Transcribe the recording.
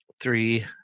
Three